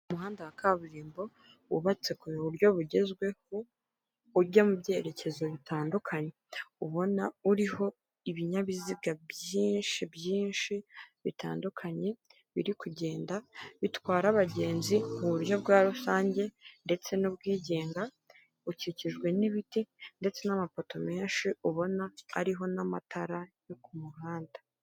Mu muhanda wa kaburimbo wubatse ku buryo bugezweho ujya mu byerekezo bitandukanye ubona uriho ibinyabiziga byinshi byinshi bitandukanye biri kugenda bitwara abagenzi mu buryo bwa rusange ndetse n'ubwigenga bukikijwe n'ibiti ndetse n'amapoto menshi ubona ko ariho n'amatara yo ku muhanda.